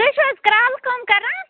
تُہۍ چھِو حظ کرٛالہٕ کٲم کَران